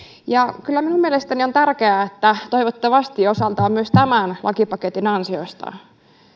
ja kyllä minun mielestäni on tärkeää että toivottavasti osaltaan myös tämän lakipaketin ansiosta